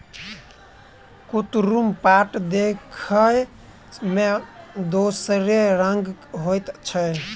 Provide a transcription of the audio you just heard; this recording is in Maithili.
कुतरुम पाट देखय मे दोसरे रंगक होइत छै